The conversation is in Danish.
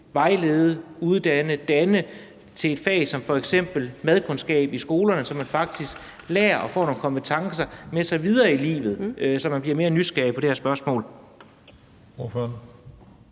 vejlede, danne og uddanne f.eks. i forhold til et fag som madkundskab i skolerne, så man faktisk lærer det og får nogle kompetencer med sig videre i livet, så man bliver mere nysgerrig på de her spørgsmål.